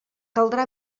caldrà